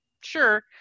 sure